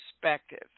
perspective